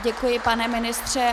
Děkuji, pane ministře.